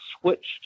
switched